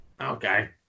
okay